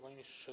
Panie Ministrze!